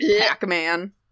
Pac-Man